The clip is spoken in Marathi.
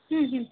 हं हंं